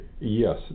Yes